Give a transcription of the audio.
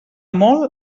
molt